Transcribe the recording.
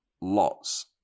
lots